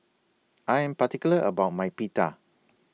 I Am particular about My Pita